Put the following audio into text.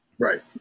Right